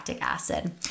acid